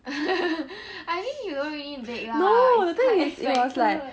I mean you don't really bake lah it's quite expected